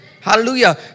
Hallelujah